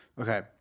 Okay